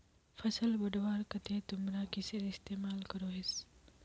फसल बढ़वार केते तुमरा किसेर इस्तेमाल करोहिस?